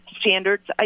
standards